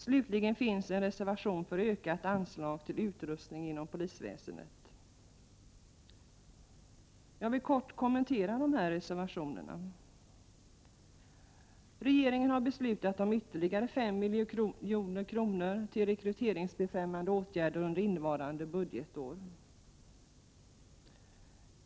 Slutligen finns en reservation för ökat anslag till utrustning inom polisväsendet. Jag vill kort kommentera reservationerna. Regeringen har beslutat om ytterligare 5 milj.kr. till rekryteringsbefrämjande åtgärder under innevarande budgetår.